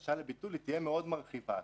הבקשה לביטול תהיה מרחיבה מאוד.